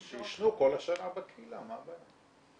שישנו כל השנה בקהילה, מה הבעיה.